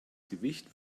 gewicht